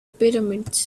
pyramids